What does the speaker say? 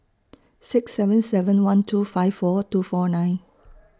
six seven seven one two five four two four nine